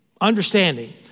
understanding